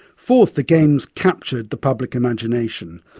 fourth, the games captured the public imagination.